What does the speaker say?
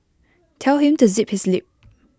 tell him to zip his lip